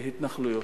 ההתנחלויות.